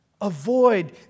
avoid